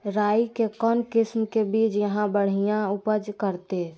राई के कौन किसिम के बिज यहा बड़िया उपज करते?